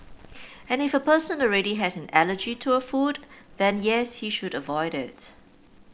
and if a person already has an allergy to a food then yes he should avoid it